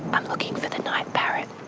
i'm looking for the night parrot.